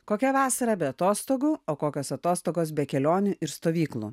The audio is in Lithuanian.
kokia vasara be atostogų o kokios atostogos be kelionių ir stovyklų